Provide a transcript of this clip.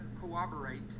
cooperate